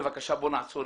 בבקשה, בואו נעצור.